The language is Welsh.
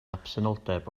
absenoldeb